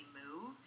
move